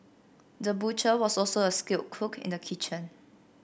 the butcher was also a skilled cook in the kitchen